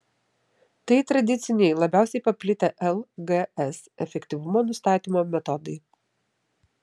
tai tradiciniai labiausiai paplitę lgs efektyvumo nustatymo metodai